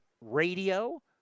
radio